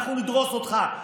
אנחנו נדרוס אותך,